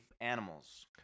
animals